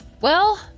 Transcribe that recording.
Well